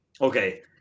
Okay